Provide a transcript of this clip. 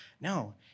No